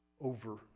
over